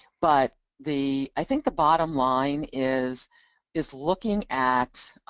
but the, i think the bottom line is is looking at